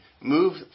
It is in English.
move